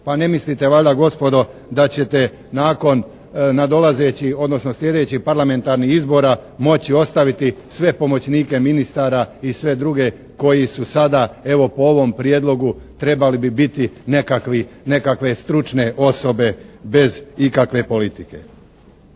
Pa ne mislite valjda gospodo da ćete nakon nadolazećih odnosno sljedećih parlamentarnih izbora moći ostaviti sve pomoćnike ministara i sve druge koji su sada evo po ovom prijedlogu trebali bi biti nekakvi, nekakve stručne osobe bez ikakve politike.